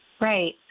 Right